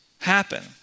happen